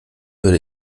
würde